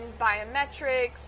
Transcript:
biometrics